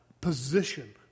position